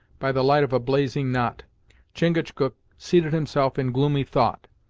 by the light of a blazing knot chingachgook seated himself in gloomy thought,